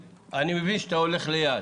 אדוני ומכובדי, אני מבין שאתה הולך ליד.